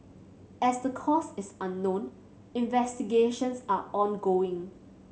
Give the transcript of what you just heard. as the cause is unknown investigations are ongoing